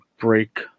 break